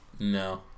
No